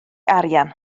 arian